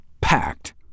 packed